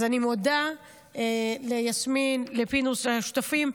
אז אני מודה ליסמין ולפינדרוס, השותפים.